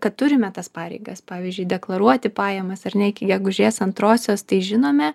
kad turime tas pareigas pavyzdžiui deklaruoti pajamas ar ne iki gegužės antrosios tai žinome